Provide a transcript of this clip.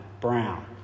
brown